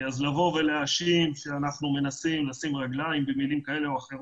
אז לבוא ולהאשים ולומר שאנחנו מנסים לשים רגליים לעלייה,